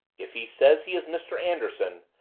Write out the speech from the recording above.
if he says he is mr. anderson,